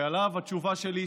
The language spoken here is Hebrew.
על התשובה שלי,